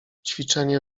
ćwiczenie